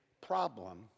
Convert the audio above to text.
problem